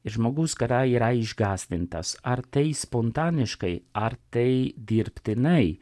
iš žmogus kada yra išgąsdintas ar tai spontaniškai ar tai dirbtinai